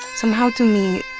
somehow, to me,